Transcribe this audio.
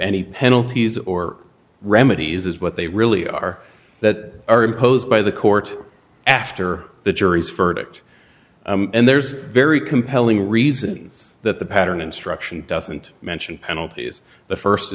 any penalties or remedies as what they really are that are imposed by the court after the jury's verdict and there's very compelling reasons that the pattern instruction doesn't mention penalties the